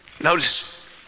Notice